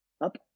up